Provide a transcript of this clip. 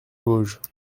vosges